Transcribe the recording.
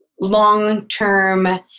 long-term